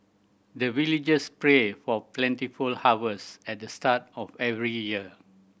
the villagers pray for plentiful harvest at the start of every year